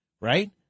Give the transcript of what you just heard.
right